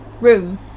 room